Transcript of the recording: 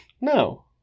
No